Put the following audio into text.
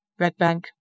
Redbank